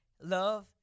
love